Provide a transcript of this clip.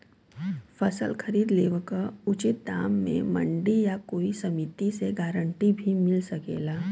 फसल खरीद लेवे क उचित दाम में मंडी या कोई समिति से गारंटी भी मिल सकेला?